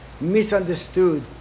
misunderstood